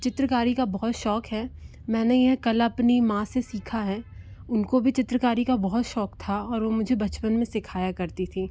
चित्रकारी का बहुत शौक़ है मैंने यह कला अपनी माँ से सीखी है उनको भी चित्रकारी का बहुत शौक़ था और वो मुझे बचपन में सिखाया करती थी